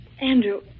Andrew